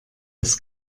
das